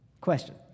question